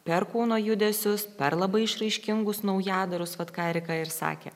per kūno judesius per labai išraiškingus naujadarus vat ką erika ir sakė